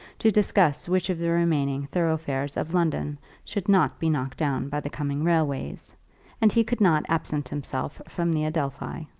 to discuss which of the remaining thoroughfares of london should not be knocked down by the coming railways and he could not absent himself from the adelphi.